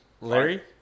Larry